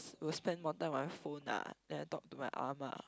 will spend more time on my phone ah than I talk to my Ah Ma